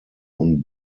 und